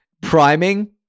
priming